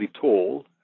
tall